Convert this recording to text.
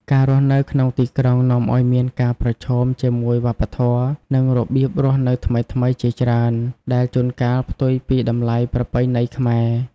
ការរស់នៅក្នុងទីក្រុងនាំឱ្យមានការប្រឈមជាមួយវប្បធម៌ និងរបៀបរស់នៅថ្មីៗជាច្រើន ដែលជួនកាលផ្ទុយពីតម្លៃប្រពៃណីខ្មែរ។